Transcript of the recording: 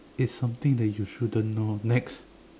it's something that you shouldn't know next